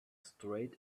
straight